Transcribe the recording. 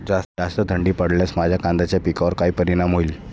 जास्त थंडी पडल्यास माझ्या कांद्याच्या पिकावर काय परिणाम होईल?